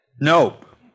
Nope